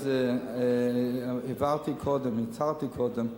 רוצים לעזוב לגיניאה,